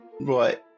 Right